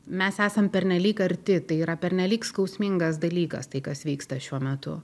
mes esam pernelyg arti tai yra pernelyg skausmingas dalykas tai kas vyksta šiuo metu